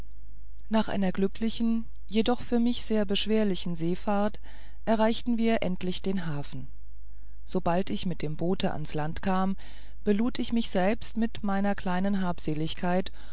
nach einer glücklichen jedoch für mich sehr beschwerlichen seefahrt erreichten wir endlich den hafen sobald ich mit dem boote ans land kam belud ich mich selbst mit meiner kleinen habseligkeit